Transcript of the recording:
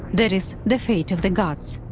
that is, the fate of the gods.